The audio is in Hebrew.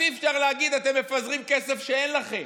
אז אי-אפשר להגיד: אתם מפזרים כסף שאין לכם.